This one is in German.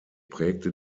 prägte